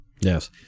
Yes